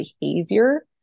behavior